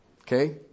Okay